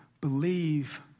believe